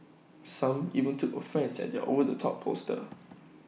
some even took offence at their over the top poster